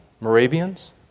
Moravians